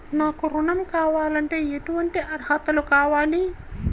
నాకు ఋణం కావాలంటే ఏటువంటి అర్హతలు కావాలి?